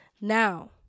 Now